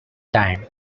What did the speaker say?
time